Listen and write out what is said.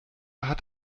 hat